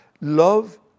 Love